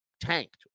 tanked